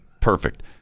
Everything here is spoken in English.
perfect